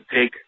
take